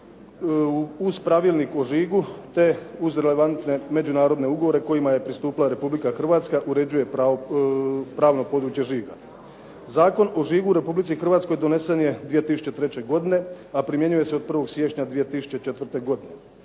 uz pravilniku o žigu te uz relevantne međunarodne ugovore kojima je pristupila Republika Hrvatska uređuje pravno područje žiga. Zakon o žigu u Republici Hrvatskoj donesen je 2003. godine, a primjenjuje se od 1. siječnja 2004. godine.